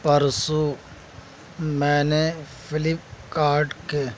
پرسوں میں نے فلپکارٹ کے